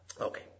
Okay